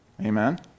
amen